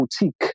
boutique